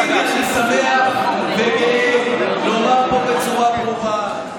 אני שמח וגאה לומר פה בצורה ברורה: